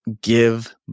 give